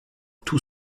tout